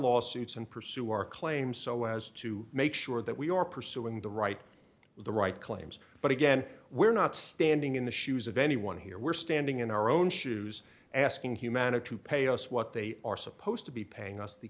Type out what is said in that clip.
lawsuits and pursue our claims so as to make sure that we are pursuing the right the right claims but again we're not standing in the shoes of anyone here we're standing in our own shoes asking humana to pay us what they are supposed to be paying us the